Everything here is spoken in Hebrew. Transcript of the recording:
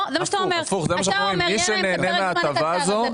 אתה אומר: יהיה להם את פרק הזמן הקצר הזה,